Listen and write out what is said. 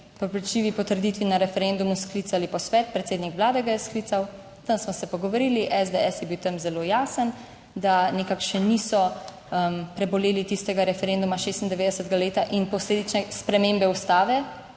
prepričljivi potrditvi na referendumu, sklicali posvet, predsednik Vlade ga je sklical, tam smo se pogovorili, SDS je bil tam zelo jasen, da nekako še niso preboleli tistega referenduma, 1996-ega leta in posledično spremembe Ustave.